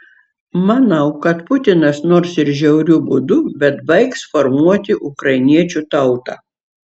manau kad putinas nors ir žiauriu būdu bet baigs formuoti ukrainiečių tautą